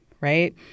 right